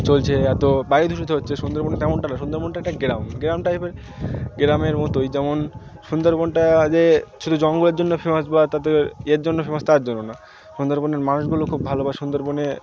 চলছে এত বাইরে দূষিত হচ্ছে সুন্দরবনে তেমনটা না সুন্দরবনটা একটা গ্রাম গ্রাম টাইপের গ্রামের মতোই যেমন সুন্দরবনটা যে শুধু জঙ্গলের জন্য ফেমাস বা তাতে এর জন্য ফেমাস তার জন্য না সুন্দরবনের মানুষগুলো খুব ভালোবাসে সুন্দরবনে